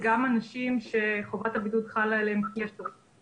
גם אנשים שחובת הבידוד חלה עליהם --- אותם